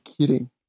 kidding